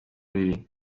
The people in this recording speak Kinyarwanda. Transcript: biri